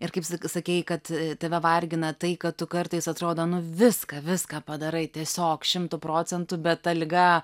ir kaip sak sakei kad tave vargina tai kad tu kartais atrodo nu viską viską padarai tiesiog šimtu procentų bet ta liga